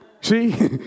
See